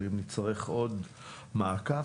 אם נצטרך עוד מעקב,